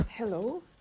Hello